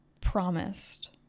promised